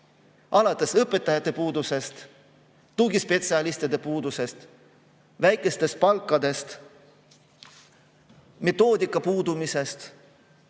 alates õpetajate puudusest, tugispetsialistide puudusest, väikestest palkadest, metoodika puudumisest,